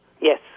Yes